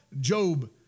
Job